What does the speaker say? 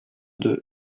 deux